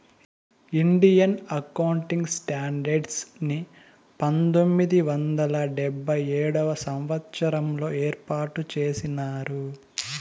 Indian accounting standards ని పంతొమ్మిది వందల డెబ్భై ఏడవ సంవచ్చరంలో ఏర్పాటు చేసినారు